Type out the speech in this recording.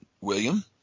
William